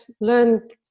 learned